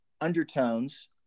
undertones